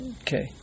Okay